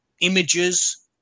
images